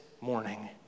morning